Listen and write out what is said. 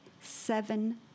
seven